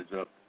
up